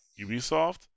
Ubisoft